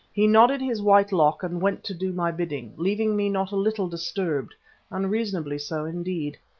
he nodded his white lock and went to do my bidding, leaving me not a little disturbed unreasonably so, indeed.